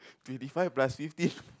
twenty five plus fifteen